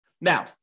now